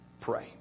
pray